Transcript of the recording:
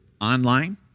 online